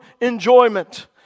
enjoyment